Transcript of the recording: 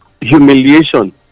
humiliation